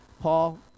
Paul